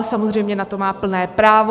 Samozřejmě na to má plné právo.